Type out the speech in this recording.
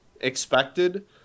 expected